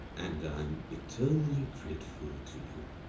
and i am eternally grateful to you.